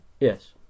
yes